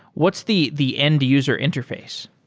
what's the the end-user interface?